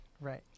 Right